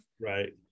right